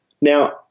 Now